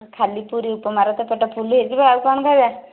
ଖାଲି ପୁରୀ ଉପମାରେ ତ ପେଟ ଫୁଲ ହୋଇଯିବ ଆଉ କ'ଣ ଖାଇବା